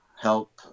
help